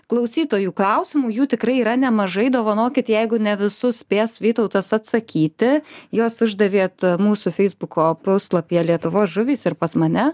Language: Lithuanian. klausytojų klausimų jų tikrai yra nemažai dovanokit jeigu ne visus spės vytautas atsakyti juos uždavėt mūsų feisbuko puslapyje lietuvos žuvys ir pas mane